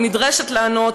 והיא נדרשת לענות,